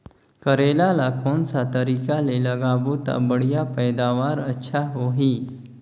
करेला ला कोन सा तरीका ले लगाबो ता बढ़िया पैदावार अच्छा होही?